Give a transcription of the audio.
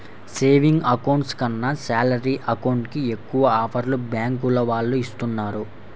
savings account కన్నా salary account కి ఎక్కువ ఆఫర్లను బ్యాంకుల వాళ్ళు ఇస్తున్నారు